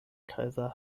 kaiser